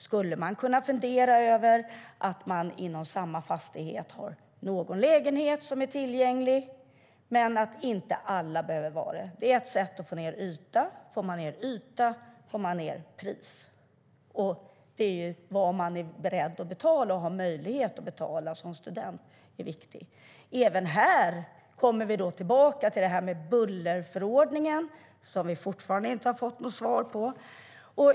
Skulle man kunna fundera över att i en fastighet ha någon lägenhet som är tillgänglig, men att inte alla behöver vara det? Det är ett sätt att få ned yta, och får man ned yta får man ned pris. Vad man som student är beredd att betala och har möjlighet att betala är viktigt. Även här kommer vi tillbaka till frågan om bullerförordningen som vi fortfarande inte har fått något svar på.